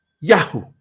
Yahoo